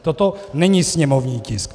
Toto není sněmovní tisk.